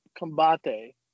combate